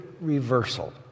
reversal